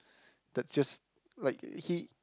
that just like he